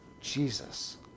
Jesus